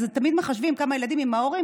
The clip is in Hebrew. אז תמיד מחשבים כמה ילדים עם ההורים,